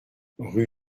rue